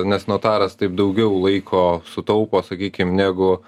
nes notaras taip daugiau laiko sutaupo sakykim negu